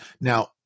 Now